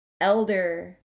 elder